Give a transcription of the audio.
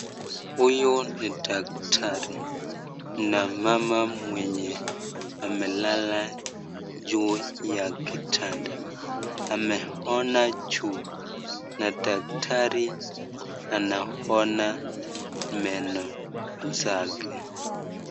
Huyu ni daktari na mama mwenye amelala juu ya kitanda, ameona juu na daktari anaona meno zake.